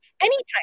Anytime